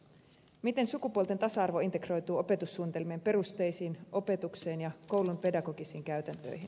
miten sukupuolten tasa arvo integroituu opetussuunnitelmien perusteisiin opetukseen ja koulun pedagogisiin käytäntöihin